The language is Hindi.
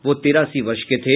वह तिरासी वर्ष के थे